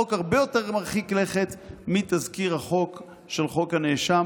חוק הרבה יותר מרחיק לכת מתזכיר החוק של חוק הנאשם